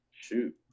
Shoot